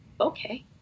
okay